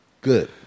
Good